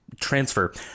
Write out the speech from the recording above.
transfer